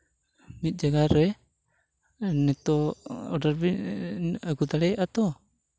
ᱢᱤᱫ ᱡᱟᱭᱜᱟ ᱨᱮ ᱱᱤᱛᱚᱜ ᱟᱹᱜᱩ ᱫᱟᱲᱮᱭᱟᱜᱼᱟ ᱛᱚ